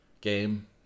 game